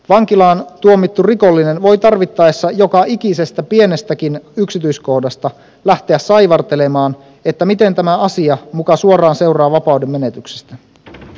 vankilaan tuomittu rikollinen voi tarvittaessa joka ikisestä pienestäkin yksityiskohdasta lähteä saivartelemaan miten tämä asia muka suoraan seuraa vapauden menetyksestä